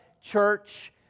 church